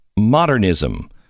modernism